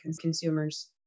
consumers